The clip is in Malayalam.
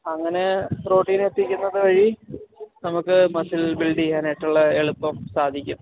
അങ്ങനെ പ്രോട്ടീൻ എത്തിക്കുന്നത് വഴി നമുക്ക് മസിൽ ബിൽഡ് ചെയ്യാനായിട്ടുള്ള എളുപ്പം സാധിക്കും